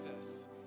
Jesus